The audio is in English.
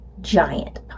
giant